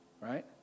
right